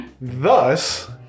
thus